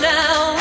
now